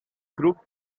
crooked